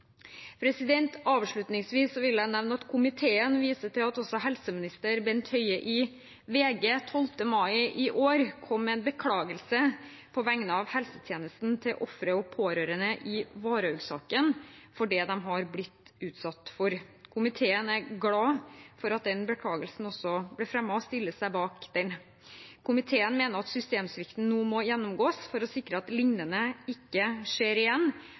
Avslutningsvis vil jeg nevne at komiteen viser til at helseminister Bent Høie i VG 12. mai i år kom med en beklagelse på vegne av helsetjenesten til ofre og pårørende i Varhaug-saken for det de har blitt utsatt for. Komiteen er glad for at den beklagelsen ble fremmet, og stiller seg bak den. Komiteen mener at systemsvikten nå må gjennomgås for å sikre at noe lignende ikke skjer igjen,